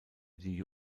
die